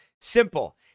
Simple